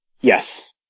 Yes